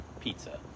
pizza